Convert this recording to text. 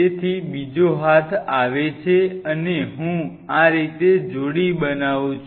તેથી બીજો હાથ આવે છે અને હું આ રીતે જોડી બનાવું છું